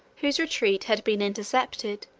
whose retreat had been intercepted,